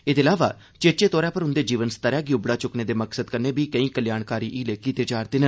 एह्दे अलावा चेचे तौरा पर उंदे जीवन स्तरै गी उबड़ा चुक्कने दे मकसद कन्नै बी केई कल्याणकारी हीले कीते जा'रदे न